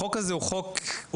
החוק הזה הוא חוק טוב,